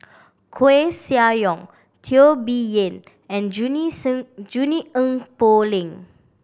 Koeh Sia Yong Teo Bee Yen and Junie Sng Junie Poh Leng